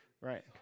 Right